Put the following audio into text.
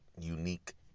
unique